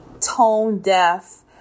tone-deaf